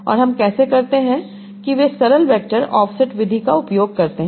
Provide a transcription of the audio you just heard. और हम कैसे करते हैं कि वे सरल वेक्टर ऑफ़सेट विधि का उपयोग करते हैं